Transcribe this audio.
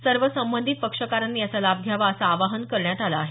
सर्व संबंधित पक्षकारांनी याचा लाभ घ्यावा असं आवाहन करण्यात आलं आहे